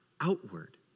outward